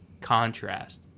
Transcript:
contrast